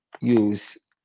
use